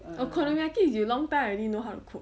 okonomiyaki is you long time already know how to cook